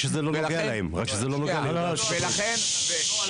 לא עלו, זאת הבעיה.